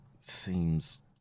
seems